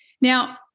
Now